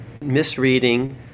misreading